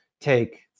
take